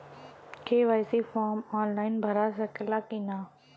KYC form online भरा सकला की ना?